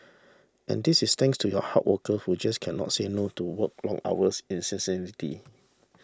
and this is thanks to you hard worker who just cannot say no to working long hours incessantly